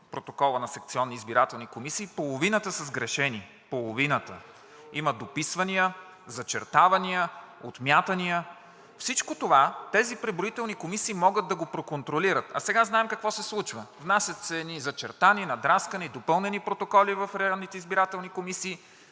на секционни избирателни комисии половината са сгрешени. Половината! Има дописвания, зачертавания, отмятания. Всичко това тези преброителни комисии могат да го проконтролират, а сега знаем какво се случва. Внасят се едни зачертани, надраскани, допълнени протоколи в районните избирателни комисии,